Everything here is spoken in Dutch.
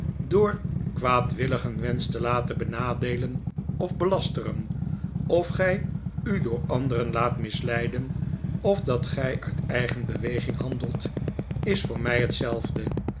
door kwaadwilligen wehsch te laten benadeelen of belasteren of gij u door anderen laat misleiden of dat gij uit eigen beweging handelt is voor mij hetzelfde